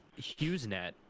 HughesNet